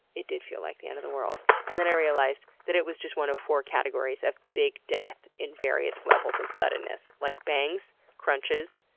it did feel like the end of the world. and then i realized it was just one of four categories of big death in various levels of suddenness. like bangs, crunches,